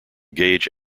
gauge